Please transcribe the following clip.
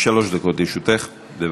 בבקשה.